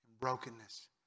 Brokenness